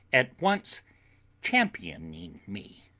at once championing me.